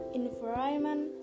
environment